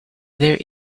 there